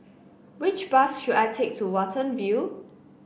which bus should I take to Watten View